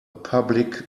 public